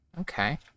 Okay